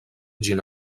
ĝin